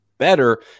Better